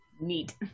Neat